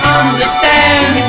understand